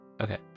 Okay